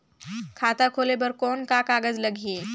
खाता खोले बर कौन का कागज लगही?